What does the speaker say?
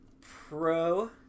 Pro